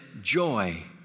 joy